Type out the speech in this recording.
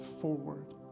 forward